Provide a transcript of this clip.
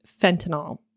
fentanyl